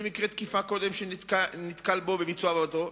במקרה תקיפה קודם שהוא נתקל בו בביצוע עבודתו.